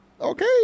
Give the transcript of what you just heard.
Okay